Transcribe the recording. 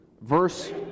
verse